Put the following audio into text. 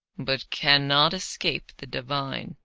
but cannot escape the divine.